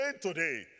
today